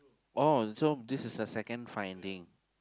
oh so this is a second finding